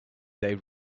they